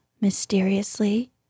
mysteriously